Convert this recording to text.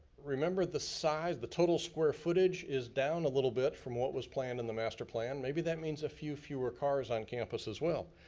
remember the size, the total square footage is down a little bit from what was planned in the master plan. maybe that means a few fewer cars on campus as well.